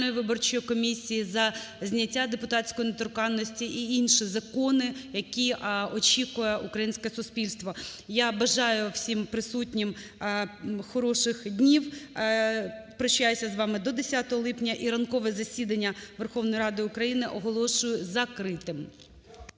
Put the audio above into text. виборчої комісії, за зняття депутатської недоторканності і інші закони, які очікує українське суспільство. Я бажаю всім присутнім хороших днів. Прощаюся з вами до 10 липня. І ранкове засідання Верховної Ради України оголошую закритим.